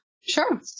Sure